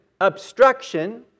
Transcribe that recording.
obstruction